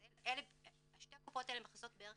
אז שתי הקופות האלה מכסות בערך